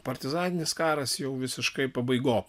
partizaninis karas jau visiškai pabaigop